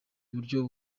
buryo